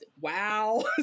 wow